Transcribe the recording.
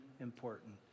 important